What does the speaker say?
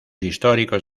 históricos